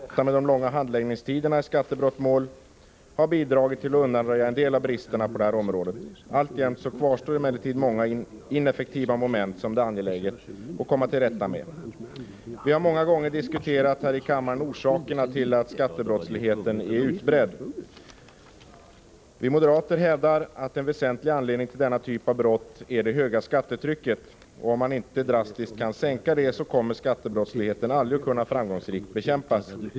Herr talman! Ärendet som vi skall behandla gäller preskriptionshinder vid skattebrottslighet. Låt mig inledningsvis uttala att också vi reservanter ansluter oss till departementschefens uppfattning om att det finns klara brister i effektiviteten i lagföringen på skattebrottsområdet. Den nya lagstiftning som infördes den 1 juli 1983 för att man skulle komma till rätta med de långa handläggningstiderna i skattebrottmål har bidragit till att undanröja en del av bristerna på detta område. Alltjämt kvarstår emellertid många ineffektiva moment som det är angeläget att komma till rätta med. Vi har många gånger här i kammaren diskuterat orsakerna till att skattebrottsligheten är utbredd. Vi moderater hävdar att en väsentlig anledning till denna typ av brott är det höga skattetrycket. Om man inte drastiskt kan sänka det kommer skattebrottsligheten aldrig att framgångsrikt kunna bekämpas.